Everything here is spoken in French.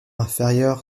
inférieur